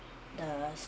the